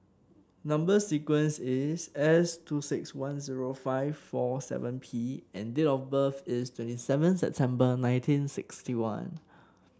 number sequence is S two six one zero five four seven P and date of birth is twenty seven September nineteen sixty one